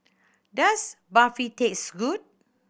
does Barfi taste good